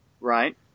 right